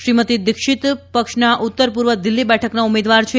શ્રીમતી દિક્ષીત પક્ષના ઉત્તર પૂર્વ દિલ્હી બેઠકના ઉમેદવાર છે